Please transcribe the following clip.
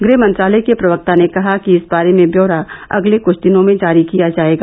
गृह मंत्रालय के प्रक्ता ने कहा कि इस बारे में ब्यौरा अगले कृछ दिनों में जारी किया जाएगा